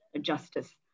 justice